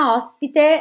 ospite